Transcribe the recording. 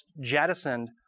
jettisoned